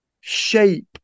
shape